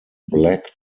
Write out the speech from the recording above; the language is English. black